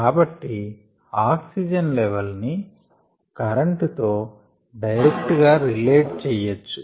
కాబట్టి oxygen level ని current తో డైరెక్ట్ గా రిలేట్ చెయ్యొచ్చు